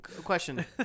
Question